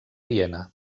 viena